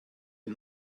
den